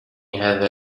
هذا